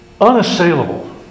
unassailable